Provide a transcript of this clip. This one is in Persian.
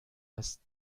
است